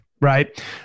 right